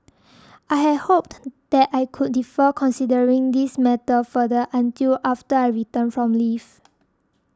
I had hoped that I could defer considering this matter further until after I return from leave